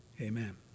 amen